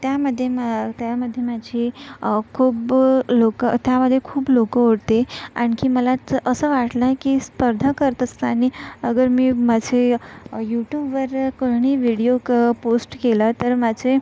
त्यामध्ये मा त्यामध्ये माझी खूप लोकं त्यामध्ये खूप लोकं होते आणखी मलाच असं वाटलं की स्पर्धा करत असताना अगर मी माझे यूट्यूबवर कोणी विडिओ क पोस्ट केला तर माझे